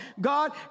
God